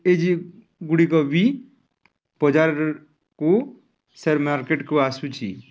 ଏଗୁଡ଼ିକ ବି ବଜାରକୁ ସେୟାର ମାର୍କେଟକୁ ଆସୁଛି